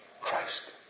Christ